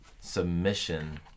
Submission